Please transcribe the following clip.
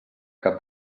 cap